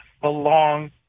belong